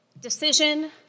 Decision